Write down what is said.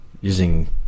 using